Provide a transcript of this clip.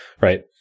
right